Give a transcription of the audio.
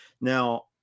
now